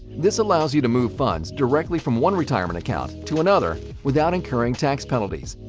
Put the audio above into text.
this allows you to move funds directly from one retirement account to another without incurring tax penalties.